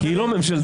כי היא לא ממשלתית.